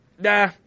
Nah